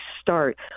start